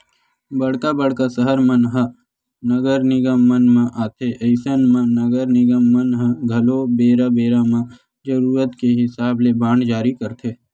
बड़का बड़का सहर मन ह नगर निगम मन म आथे अइसन म नगर निगम मन ह घलो बेरा बेरा म जरुरत के हिसाब ले बांड जारी करथे